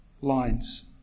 lines